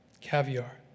caviar